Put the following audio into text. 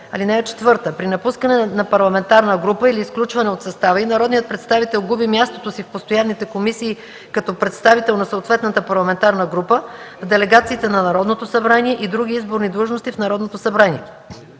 заседание. (4) При напускане на парламентарна група или изключване от състава й, народният представител губи мястото си в постоянните комисии като представител на съответната парламентарна група, в делегациите на Народното събрание и други изборни длъжности в Народното събрание.